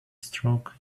stroke